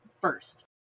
first